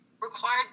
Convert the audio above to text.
required